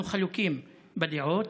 אנחנו חלוקים בדעות.